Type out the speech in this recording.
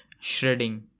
shredding